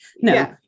no